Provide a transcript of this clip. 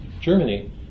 Germany